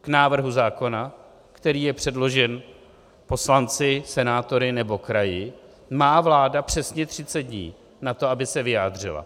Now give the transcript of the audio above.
K návrhu zákona, který je předložen poslanci, senátory nebo kraji, má vláda přesně 30 dní na to, aby se vyjádřila.